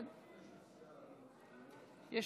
תודה רבה.